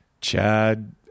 Chad